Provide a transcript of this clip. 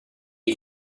est